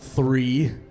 Three